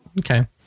Okay